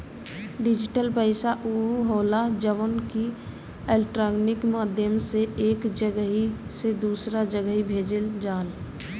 digital पईसा उ होला जवन की इलेक्ट्रोनिक माध्यम से एक जगही से दूसरा जगही भेजल जाला